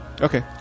Okay